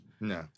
No